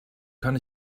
kann